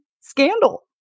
Scandal